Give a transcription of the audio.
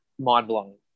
mind-blowing